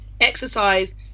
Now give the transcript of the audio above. exercise